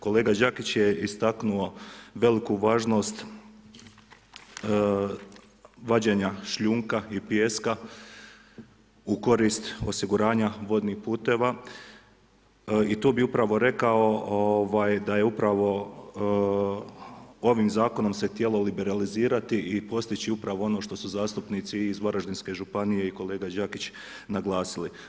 Kolega Đakić je istaknuo veliku važnost vađenja šljunka i pijeska u korist osiguranja vodnih puteva i tu bih upravo rekao da je upravo ovim Zakonom se htjelo liberalizirati i postići upravo ono što su zastupnici iz Varaždinske županije i kolega Đakić naglasili.